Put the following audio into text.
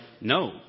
no